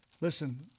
Listen